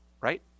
Right